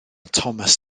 thomas